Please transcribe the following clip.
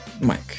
Mike